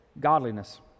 godliness